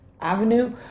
avenue